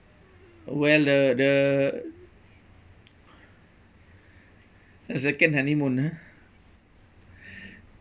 well the the the second honeymoon ah